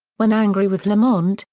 when angry with lamont,